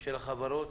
של החברות